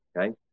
Okay